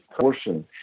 portion